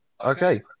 Okay